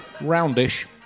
Roundish